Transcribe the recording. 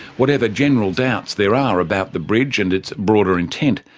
whatever general doubts there are about the bridge and its broader intent,